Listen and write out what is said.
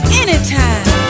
anytime